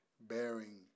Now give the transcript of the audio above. bearing